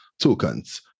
tokens